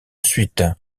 suite